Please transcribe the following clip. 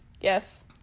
Yes